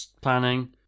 planning